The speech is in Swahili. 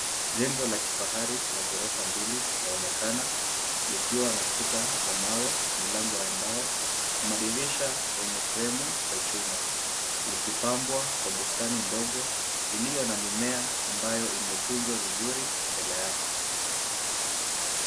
Jengo la kifahari la ghorofa mbili laonekana, likiwa na kuta za mawe, milango ya mbao na madirisha yenye frame za chuma, likipambwa kwa bustani ndogo iliyo na mimea ambayo imetunzwa vizuri mbele yake.